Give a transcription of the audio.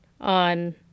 on